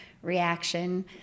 reaction